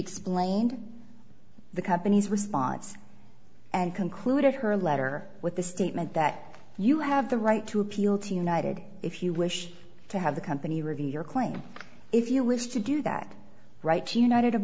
explained the company's response and concluded her letter with the statement that you have the right to appeal to united if you wish to have the company review your claim if you wish to do that right united of